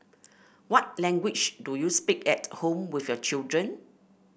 what language do you speak at home with your children